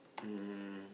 um